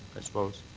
i suppose.